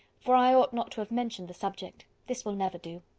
for i ought not to have mentioned the subject. this will never do.